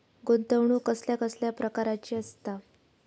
गुंतवणूक कसल्या कसल्या प्रकाराची असता?